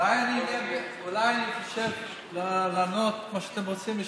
אולי אני חושב לענות כמו שאתם רוצים לשמוע.